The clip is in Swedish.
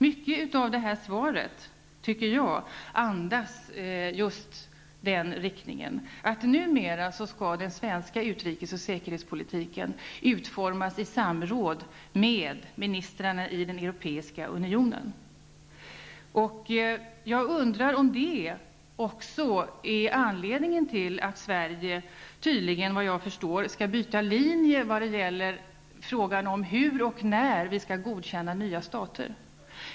Mycket i detta interpellationssvar antyder just den riktningen, att numera skall den svenska utrikesoch säkerhetspolitiken utformas i samråd med ministrarna i den Europeiska unionen. Jag undrar om det också är anledningen till att Sverige tydligen, såvitt jag förstår, skall byta linje när det gäller hur och när vi skall erkänna nya stater.